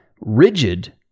Rigid